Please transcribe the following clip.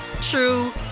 true